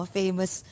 famous